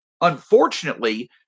unfortunately